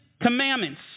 commandments